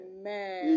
Amen